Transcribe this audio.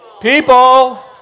People